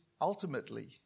ultimately